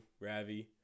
ravi